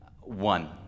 One